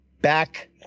back